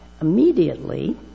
immediately